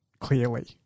clearly